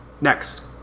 Next